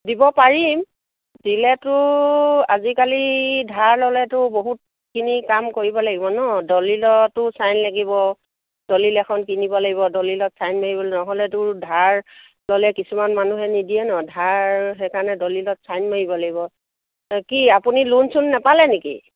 দিব পাৰিম দিলেতো আজিকালি ধাৰ ল'লেতো বহুতখিনি কাম কৰিব লাগিব ন দলিলতো চাইন লাগিব দলিল এখন কিনিব লাগিব দলিলত চাইন মাৰিব নহ'লেতো ধাৰ ল'লে কিছুমান মানুহে নিদিয়ে ন ধাৰ সেইকাৰণে দলিলত চাইন মাৰিব লাগিব কি আপুনি লোন চোন নেপালে নেকি